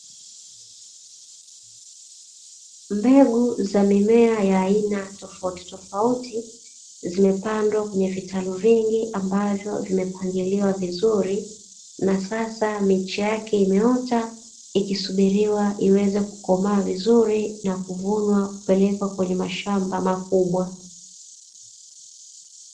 Mbegu za mimea ya aina tofautitofauti zimepandwa kwenye vitalu vingi ambavyo vimepangiliwa vizuri na sasa miche yake imeota, ikisubiriwa iweze kukomaa vizuri na kuvunwa kupelekwa kwenye mashamba makubwa.